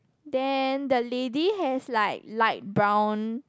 then the lady has like light brown